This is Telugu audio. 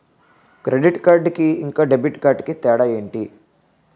క్రెడిట్ కార్డ్ కి ఇంకా డెబిట్ కార్డ్ కి తేడా ఏంటి?